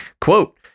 Quote